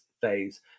phase